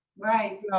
Right